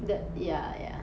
that ya ya